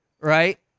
right